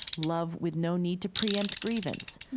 love with no need to preempt grievance,